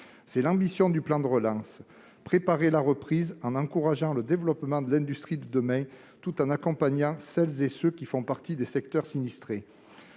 C'est l'ambition du plan de relance : préparer la reprise en encourageant le développement de l'industrie de demain, tout en accompagnant celles et ceux qui font partie des secteurs sinistrés.